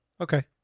Okay